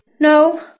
No